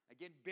Again